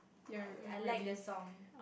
I I like the song